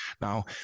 Now